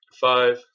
Five